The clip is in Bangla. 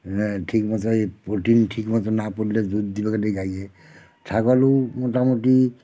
ঠিক মতো এই প্রোটিন ঠিক মতো না পড়লে দুধ দিবেক নাই গাইয়ে ছাগলও মোটামুটি